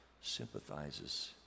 sympathizes